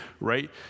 right